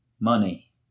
money